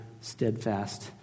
steadfast